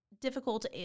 difficult